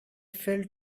fell